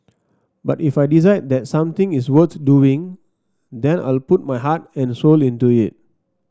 but if I decide that something is worth doing then I'll put my heart and soul into it